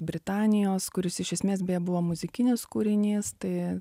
britanijos kuris iš esmės beje buvo muzikinis kūrinys tai